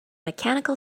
mechanical